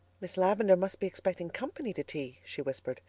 miss lavendar must be expecting company to tea, she whispered.